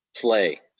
play